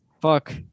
Fuck